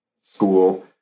school